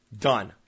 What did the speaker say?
done